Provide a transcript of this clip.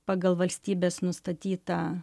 pagal valstybės nustatytą